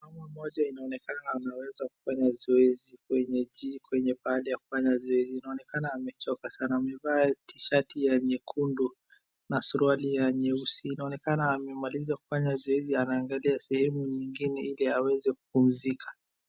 Mwanamke mmoja anaonekana ameweza kufanya zoezi kwenye baadi ya kufanya zoezi anaonekana amechoka sana. Amevaa T shirt ya rangi nyekundu na suruali nyeusi inaonekana amemamaliza kufanya zoezi anaangalia sehemu nyingine ili aweze kupmzika.